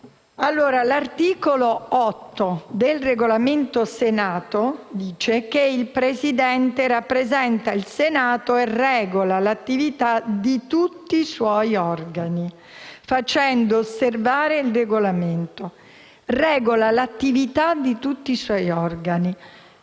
membri, l'articolo 8 del Regolamento del Senato dice: «Il Presidente rappresenta il Senato e regola l'attività di tutti i suoi organi, facendo osservare il Regolamento». Regola l'attività di tutti i suoi organi.